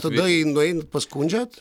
tada jį nueinat paskundžiat